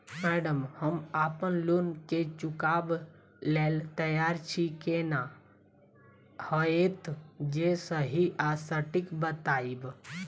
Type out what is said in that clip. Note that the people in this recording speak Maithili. मैडम हम अप्पन लोन केँ चुकाबऽ लैल तैयार छी केना हएत जे सही आ सटिक बताइब?